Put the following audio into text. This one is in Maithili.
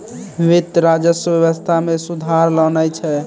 वित्त, राजस्व व्यवस्था मे सुधार लानै छै